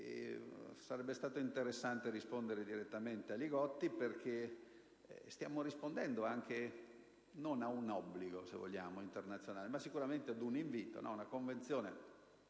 Sarebbe stato interessante rispondere direttamente al collega Li Gotti, perché stiamo rispondendo anche non a un obbligo, se vogliamo, internazionale, ma sicuramente ad un invito: la Convenzione